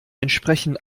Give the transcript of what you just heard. entsprechen